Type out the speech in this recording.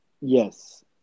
Yes